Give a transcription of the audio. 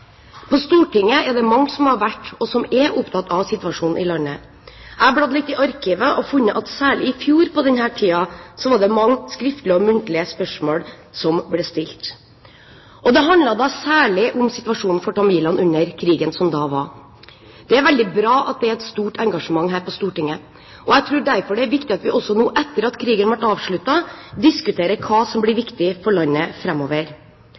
På Stortinget er det mange som har vært, og som er, opptatt av situasjonen i landet. Jeg har bladd litt i arkivet og funnet at særlig i fjor på denne tiden var det mange skriftlige og muntlige spørsmål som ble stilt. Det handlet da særlig om situasjonen for tamilene under krigen som da var. Det er veldig bra at det er et stort engasjement her på Stortinget, og jeg tror derfor det er viktig at vi også nå etter at krigen er avsluttet, diskuterer hva som blir viktig for landet